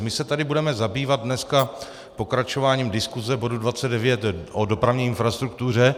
My se tady budeme zabývat dneska pokračováním diskuse bodu 29 o dopravní infrastruktuře.